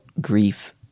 grief